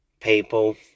people